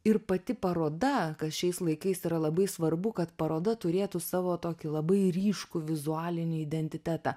ir pati paroda kas šiais laikais yra labai svarbu kad paroda turėtų savo tokį labai ryškų vizualinį identitetą